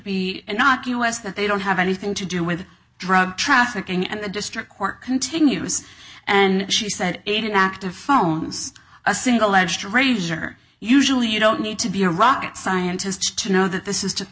be innocuous that they don't have anything to do with drug trafficking and the district court continues and she said eighteen active phones a single edged razor usually you don't need to be a rocket scientist to know that this is